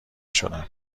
شدم